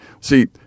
See